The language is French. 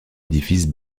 édifice